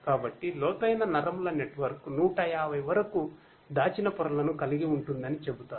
కాబట్టి లోతైన నరముల నెట్వర్క్ 150 వరకు దాచిన పొరలను కలిగి ఉంటుందని చెబుతారు